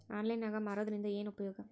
Online ನಾಗ್ ಮಾರೋದ್ರಿಂದ ಏನು ಉಪಯೋಗ?